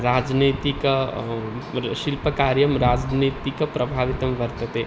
राजनैतिका मर् शिल्पकार्यं राजनीतिकप्रभावितं वर्तते